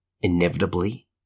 inevitably